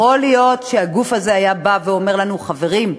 יכול להיות שהגוף הזה היה בא ואומר לנו: חברים,